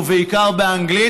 ובעיקר באנגלית,